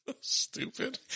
Stupid